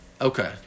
Okay